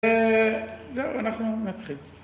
זהו, אנחנו נצחים.